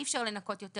אי אפשר לנכות יותר